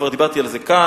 וכבר דיברתי על זה כאן.